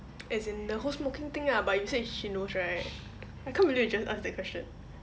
as in the whole smoking thing ah but you say she knows right I can't believe you just asked that question